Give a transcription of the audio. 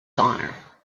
honour